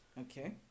okay